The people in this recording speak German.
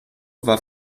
war